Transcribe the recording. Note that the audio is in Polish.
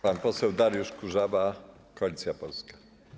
Pan poseł Dariusz Kurzawa, Koalicja Polska.